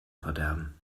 verderben